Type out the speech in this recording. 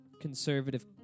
conservative